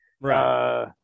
Right